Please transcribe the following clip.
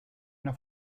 una